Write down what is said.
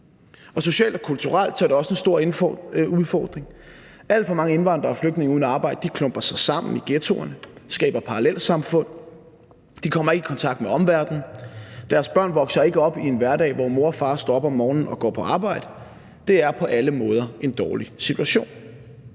Socialt og kulturelt er det også en stor udfordring. Alt for mange indvandrere og flygtninge uden arbejde klumper sig sammen i ghettoerne og skaber parallelsamfund. De kommer ikke i kontakt med omverdenen, og deres børn vokser ikke op i en hverdag, hvor mor og far står op om morgenen og går på arbejde, og det er på alle måder en dårlig situation.